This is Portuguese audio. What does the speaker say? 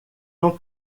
não